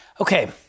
Okay